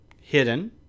hidden